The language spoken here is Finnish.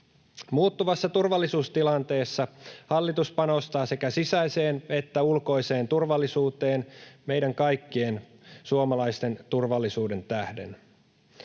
Muuttuvassa turvallisuustilanteessa hallitus panostaa sekä sisäiseen että ulkoiseen turvallisuuteen meidän kaikkien suomalaisten turvallisuuden tähden.